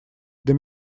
для